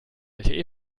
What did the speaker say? lte